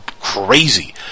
crazy